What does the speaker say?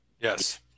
Yes